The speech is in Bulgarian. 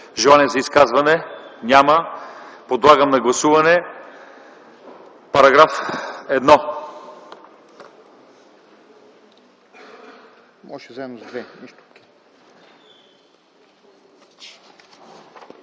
Желания за изказване? Няма. Подлагам на гласуване текста на